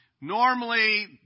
Normally